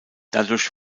dadurch